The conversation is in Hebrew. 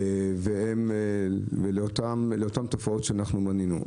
ולאותן תופעות שמנינו.